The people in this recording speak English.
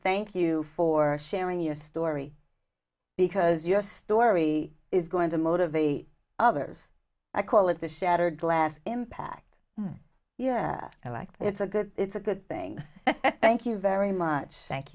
thank you for sharing your story because your story is going to motivate others i call it the shattered glass impact yeah i like that it's a good it's a good thing thank you very much thank